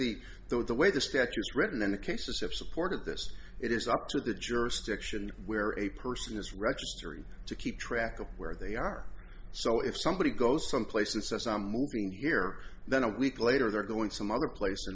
though the way the statutes written in the cases of support of this it is up to the jurisdiction where a person is registered to keep track of where they are so if somebody goes someplace and says i'm moving here then a week later they're going some other place